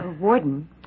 Warden